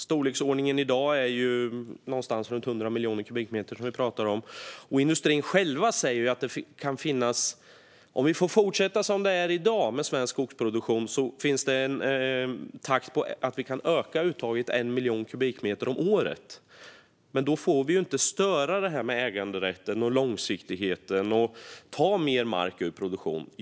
I dag ligger vi på i storleksordningen runt 100 miljoner kubikmeter. Inom industrin själv säger man att om man får fortsätta med svensk skogsproduktion med samma takt som i dag skulle vi kunna öka uttaget med 1 miljon kubikmeter per år. Men då får vi inte störa det som har med äganderätt och långsiktighet att göra genom att ta mer mark ur produktionen.